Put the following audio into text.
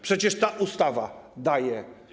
Przecież ta ustawa daje.